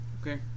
Okay